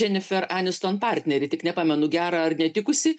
dženifer aniston partnerį tik nepamenu gerą ar netikusį